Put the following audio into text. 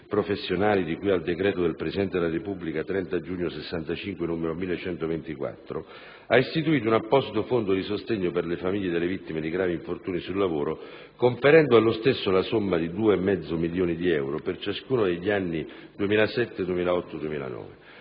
di cui al decreto del Presidente della Repubblica 30 giugno 1965, n. 1124 - abbia istituito un apposito fondo di sostegno per le famiglie delle vittime di gravi infortuni sul lavoro, conferendo allo stesso la somma di 2,5 milioni di euro per ciascuno degli anni 2007, 2008 e 2009.